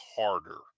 harder